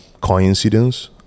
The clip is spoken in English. coincidence